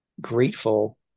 grateful